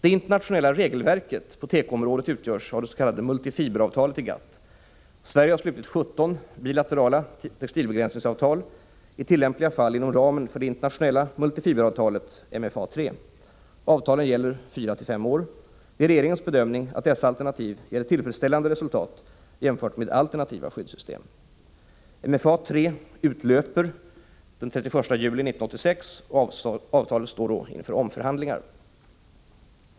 Det internationella regelverket på tekoområdet utgörs av det s.k. Multifiberavtalet i GATT. Sverige har slutit 17 bilaterala textilbegränsningsavtal, i tillämpliga fall inom ramen för det internationella Multifiberavtalet — MFA III. Avtalen gäller 4-5 år. Det är regeringens bedömning att dessa avtal ger ett tillfredsställande resultat jämfört med alternativa skyddssystem. MFA III utlöper den 31 juli 1986, och avtalet står då inför omförhandlingar.